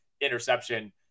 interception